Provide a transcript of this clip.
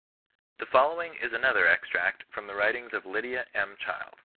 the following is another extract from the writings of lydia, m, child.